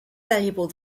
valuable